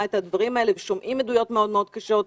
את הדברים האלה ושומעים עדויות מאוד מאוד קשות.